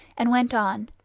and went on.